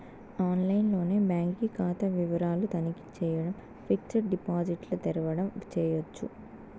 ఆన్లైన్లోనే బాంకీ కాతా వివరాలు తనఖీ చేయడం, ఫిక్సిడ్ డిపాజిట్ల తెరవడం చేయచ్చు